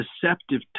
deceptive